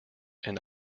and